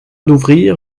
d’ouvrir